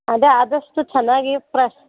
ಅದೇ ಆದಷ್ಟು ಚೆನ್ನಾಗಿ ಫ್ರೆಶ್